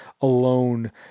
alone